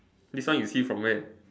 this one you see from where